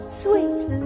sweet